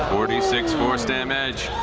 four d six force damage.